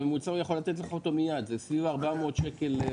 את הממוצע הוא יכול לתת לך מיד; הוא סביב 430 ₪